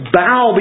bow